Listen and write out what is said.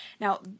Now